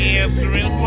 answering